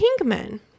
Pinkman